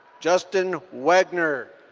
justin wagner.